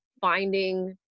finding